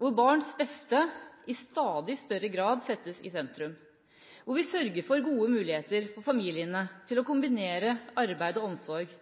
hvor barns beste i stadig større grad settes i sentrum, hvor vi sørger for gode muligheter for familiene til å kombinere arbeid og omsorg,